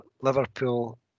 Liverpool